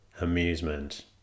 amusement